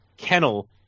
kennel